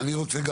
אני רוצה,